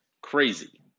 Crazy